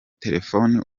telefoni